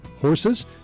horses